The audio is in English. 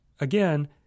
Again